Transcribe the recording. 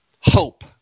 Hope